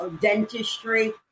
dentistry